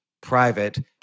private